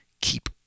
keep